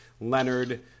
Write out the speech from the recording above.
Leonard